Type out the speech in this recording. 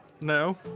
no